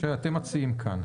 שאתם מציעים כאן.